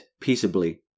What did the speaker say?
Peaceably